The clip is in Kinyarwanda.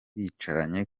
bicaranye